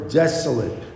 desolate